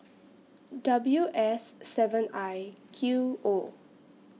W S seven I Q O